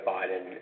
Biden